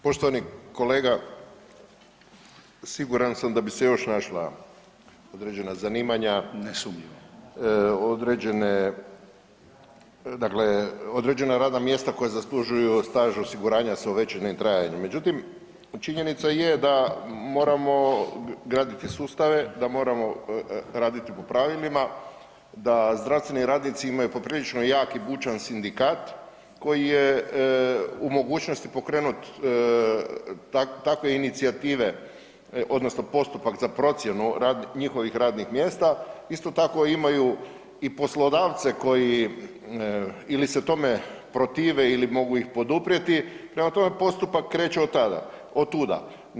Poštovani kolega siguran da bi se još našla određena zanimanja [[Upadica: Ne sumnjam.]] određene dakle određena radna mjesta koja zaslužuju staž osiguranja sa uvećanim trajanjem, međutim činjenica je da moramo graditi sustave, da moramo raditi po pravilima, da zdravstveni radnici imaju poprilično jak i bučan sindikat koji je u mogućnosti pokrenut takve incijative odnosno postupak za procjenu njihovih radnih mjesta, isto tako imaju i poslodavce ili se tome protive ili mogu ih poduprijeti prema tome postupak kreće od tada, od tuda.